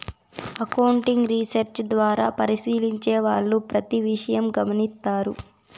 accounting research ద్వారా పరిశీలించే వాళ్ళు ప్రతి విషయం గమనిత్తారు